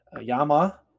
Yama